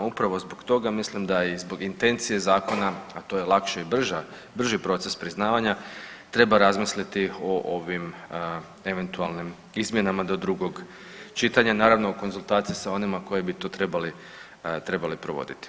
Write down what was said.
Upravo zbog toga mislim da je i zbog intencije zakona, a to je lakši i brža, brži proces priznavanja treba razmisliti o ovim eventualnim izmjenama do drugog čitanja naravno u konzultaciji sa onima koji bi to trebali, trebali provoditi.